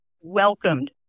welcomed